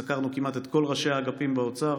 סקרנו כמעט את כל ראשי האגפים באוצר,